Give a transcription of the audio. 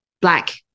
black